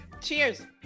Cheers